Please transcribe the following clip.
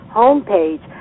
homepage